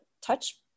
touch